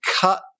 cut